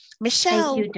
Michelle